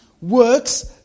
Works